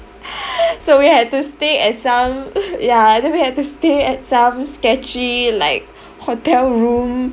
so we had to stay at some ya and then we had to stay at some sketchy like hotel room